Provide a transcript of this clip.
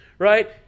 Right